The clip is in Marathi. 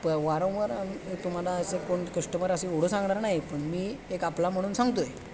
प वारंवार तुम्हाला असे कोण कश्टमर असे एवढं सांगणार नाही पण मी एक आपला म्हणून सांगतो आहे